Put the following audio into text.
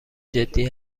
جدی